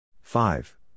Five